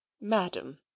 Madam